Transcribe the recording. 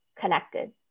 connected